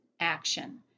action